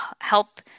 help